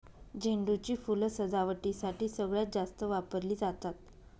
झेंडू ची फुलं सजावटीसाठी सगळ्यात जास्त वापरली जातात